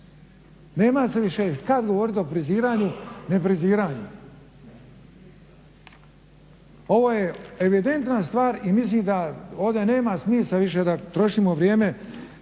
Nema se više kad govoriti o friziranju i nefriziranju. Ovo je evidentna stvar i mislim da ovdje nema smisla više da trošimo vrijeme